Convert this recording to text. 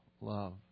love